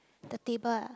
the table ah